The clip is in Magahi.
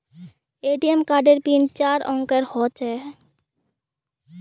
ए.टी.एम कार्डेर पिन चार अंकेर ह छेक